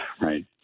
right